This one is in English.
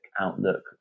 outlook